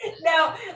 now